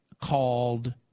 called